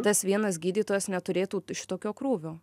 tas vienas gydytojas neturėtų šitokio krūvio